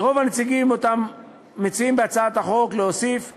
לרוב הנציגים שמוצע בהצעת החוק להוסיפם